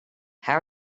how